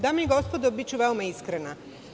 Dame i gospodo, biću veoma iskrena.